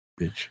bitch